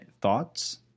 thoughts